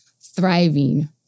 thriving